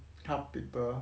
top people